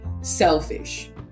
selfish